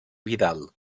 vidal